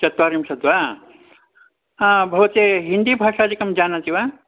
चत्वारिंशत् वा आ भवते हिन्दीभाषादिकं जानाति वा